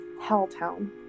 Helltown